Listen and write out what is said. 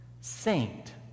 Saint